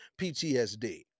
PTSD